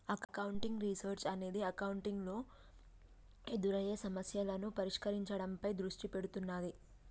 accounting research అనేది accounting లో ఎదురయ్యే సమస్యలను పరిష్కరించడంపై దృష్టి పెడుతున్నాది